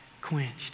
quenched